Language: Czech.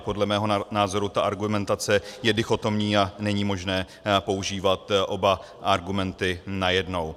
Podle mého názoru ta argumentace je dichotomní a není možné používat oba argumenty najednou.